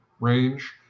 range